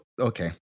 okay